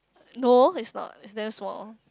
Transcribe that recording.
no is not is damn small